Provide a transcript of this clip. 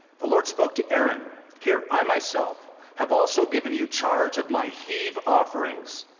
the lord spoke to aaron here, i myself have also given you charge of my heave offerings,